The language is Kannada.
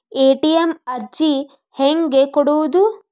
ಎ.ಟಿ.ಎಂ ಅರ್ಜಿ ಹೆಂಗೆ ಕೊಡುವುದು?